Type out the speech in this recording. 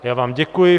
Já vám děkuji.